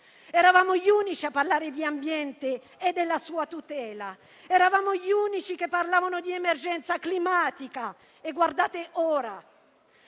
Eravamo gli unici a parlare di ambiente e della sua tutela; eravamo gli unici che parlavano di emergenza climatica. E guardate ora: